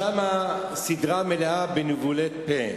שם הסדרה מלאה בניבולי פה.